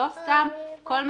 אני יושי